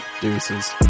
deuces